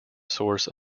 source